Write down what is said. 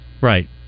Right